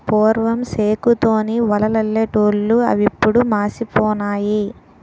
పూర్వం సేకు తోని వలలల్లెటూళ్లు అవిప్పుడు మాసిపోనాయి